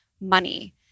money